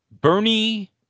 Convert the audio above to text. Bernie